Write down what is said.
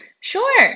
Sure